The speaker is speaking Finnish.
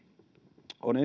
on